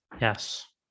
Yes